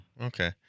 Okay